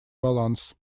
баланс